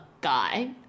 guy